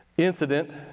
incident